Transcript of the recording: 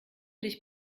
dich